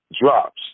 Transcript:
drops